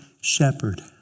shepherd